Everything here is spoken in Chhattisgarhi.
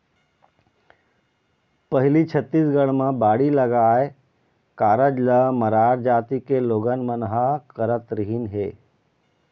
पहिली छत्तीसगढ़ म बाड़ी लगाए कारज ल मरार जाति के लोगन मन करत रिहिन हे